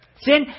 Sin